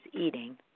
eating